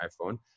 iPhone